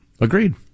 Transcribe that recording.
Agreed